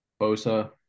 Bosa